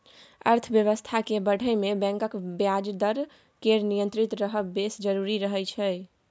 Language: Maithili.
अर्थबेबस्था केँ बढ़य मे बैंकक ब्याज दर केर नियंत्रित रहब बेस जरुरी रहय छै